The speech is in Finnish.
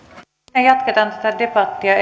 sitten jatketaan debattia